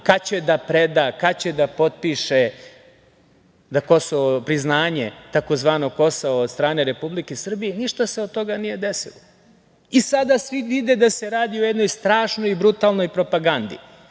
kad će da preda, kad će da potpiše priznanje tzv. Kosova od strane Republike Srbije. Ništa se od toga nije desilo. Sada vide da se radi o jednoj strašnoj i brutalnoj propagandi.